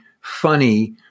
funny